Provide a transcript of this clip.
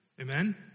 Amen